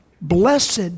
blessed